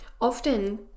often